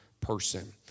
person